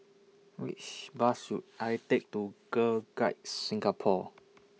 Which Bus should I Take to Girl Guides Singapore